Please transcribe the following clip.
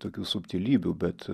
tokių subtilybių bet